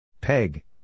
Peg